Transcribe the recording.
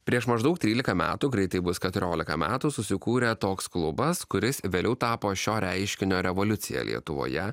prieš maždaug trylika metų greitai bus keturiolika metų susikūrė toks klubas kuris vėliau tapo šio reiškinio revoliucija lietuvoje